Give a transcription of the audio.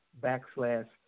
backslash